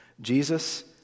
Jesus